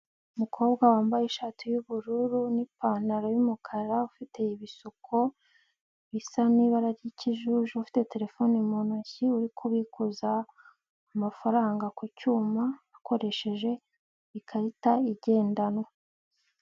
Umukobwa wambaye ishati y'ubururu n'ipantaro y'umukara, ufite ibisuko bisa n'ibara ry'ikijuju, ufite terefone mu ntoki, uri kubikuza amafaranga ku cyuma, akoresheje ikarita igendanwa.